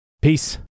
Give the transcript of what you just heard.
Peace